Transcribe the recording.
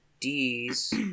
D's